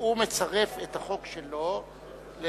הוא מצרף את החוק שלו לחוק.